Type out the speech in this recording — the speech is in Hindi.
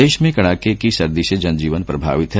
प्रदेश में कड़ाके की सर्दी से जनजीवन प्रभावित है